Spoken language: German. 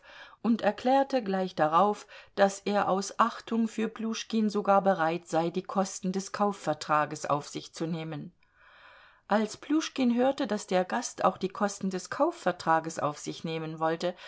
und erklärte gleich darauf daß er aus achtung für pljuschkin sogar bereit sei die kosten des kaufvertrags auf sich zu nehmen als pljuschkin hörte daß der gast auch die kosten des kaufvertrags auf sich nehmen wollte